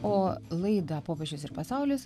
o laidą popiežius ir pasaulis